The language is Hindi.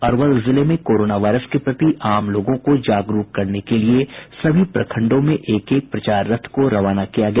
अरवल जिले में कोरोना वायरस के प्रति आम लोगों को जागरूक करने के लिए सभी प्रखंडों में एक एक प्रचार रथ को रवाना किया गया